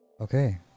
Okay